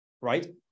right